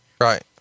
Right